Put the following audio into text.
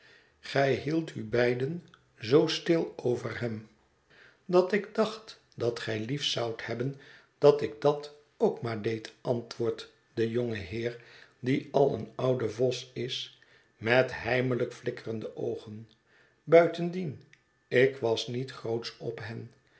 gij hieldt u beiden zoo stil over hem dat ik dacht dat gij liefst zoudt hebben dat ik dat ook maar deed antwoordt de jonge heer die al een oude vos is met heimelijk flikkerende oogen buitendien ik was niet grootsch op hem